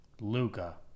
Luca